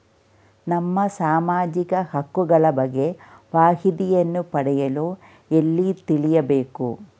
ನಮ್ಮ ಸಾಮಾಜಿಕ ಹಕ್ಕುಗಳ ಬಗ್ಗೆ ಮಾಹಿತಿಯನ್ನು ಪಡೆಯಲು ಎಲ್ಲಿ ತಿಳಿಯಬೇಕು?